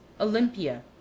Olympia